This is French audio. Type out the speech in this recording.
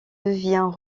devient